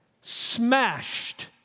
smashed